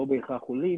לא בהכרח עולים,